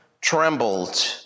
trembled